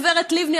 גב' לבני,